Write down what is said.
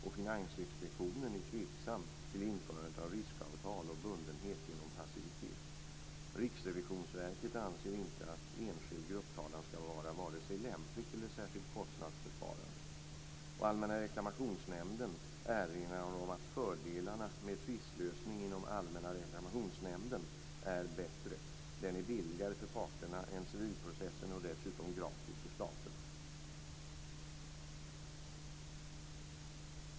Och Finansinspektionen är tveksam till införandet av riskavtal och bundenhet genom passivitet. Riksrevisionsverket anser inte att enskild grupptalan skulle vara vare sig lämpligt eller särskilt kostnadsbesparande. Allmänna reklamationsnämnden erinrar om att fördelarna med tvistlösning inom Allmänna reklamationsnämnden är bättre. Den är billigare för parterna än civilprocessen och dessutom gratis för staten.